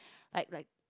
I right